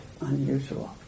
unusual